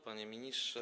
Panie Ministrze!